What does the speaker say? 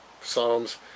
Psalms